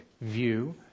view